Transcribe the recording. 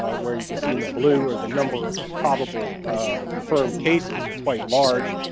ah where you can see in the blue are the number of probable confirmed cases are quite large.